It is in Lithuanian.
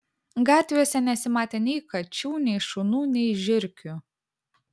gatvėse nesimatė nei kačių nei šunų nei žiurkių